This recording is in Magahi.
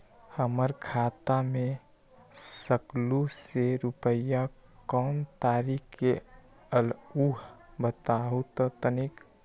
हमर खाता में सकलू से रूपया कोन तारीक के अलऊह बताहु त तनिक?